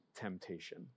temptation